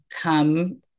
come